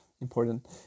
important